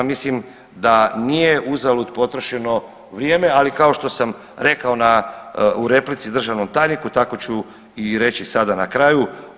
Mislim da nije uzalud potrošeno vrijeme, al9i kao što sam rekao u replici državnom tajniku tako ću i reći sada na kraju.